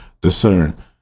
discern